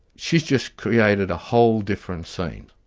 she's just created a whole different scene.